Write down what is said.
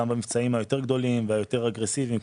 גם במבצעים היותר גדולים והיותר אגרסיביים,